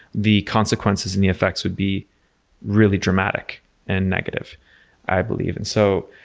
the consequences and the effects would be really dramatic and negative i believe. and so,